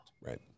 Right